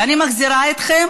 ואני מחזירה אתכם